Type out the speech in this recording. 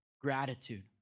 gratitude